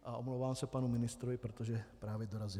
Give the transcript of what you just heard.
A omlouvám se panu ministrovi, protože právě dorazil.